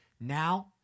now